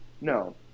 No